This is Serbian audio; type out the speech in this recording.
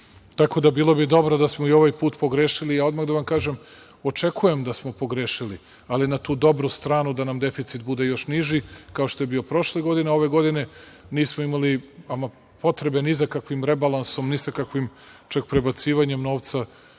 Tako da, bilo bi dobro da smo i ovaj put pogrešili, a odmah da vam kažem - očekujem da smo pogrešili, ali na tu dobru stranu da nam deficit bude još niži, kao što je bio prošle godine, a ove godine nismo imali ama potrebe ni za kakvim rebalansom, ni sa kakvim čak prebacivanjem novca,